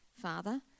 father